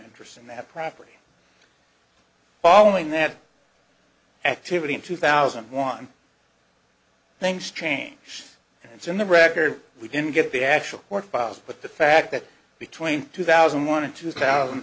interest in that property following that activity in two thousand and one things changed and it's in the record we didn't get the actual court files but the fact that between two thousand and one and two thousand